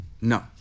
No